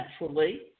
naturally